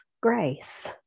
grace